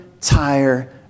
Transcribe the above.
tire